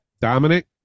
Dominic